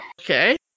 Okay